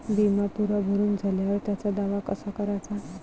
बिमा पुरा भरून झाल्यावर त्याचा दावा कसा कराचा?